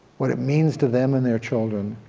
what it means to them and their children,